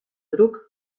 broek